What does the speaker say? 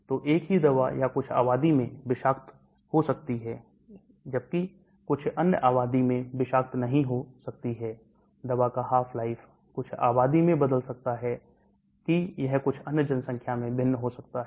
तो एक ही दवा या कुछ आबादी में विषाक्त हो सकती है जबकि कुछ अन्य आबादी में विषाक्त नहीं हो सकती है दवा का half life कुछ आबादी में बदल सकता है कि यह कुछ अन्य जनसंख्या में भिन्न हो सकता है